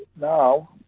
now